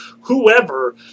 whoever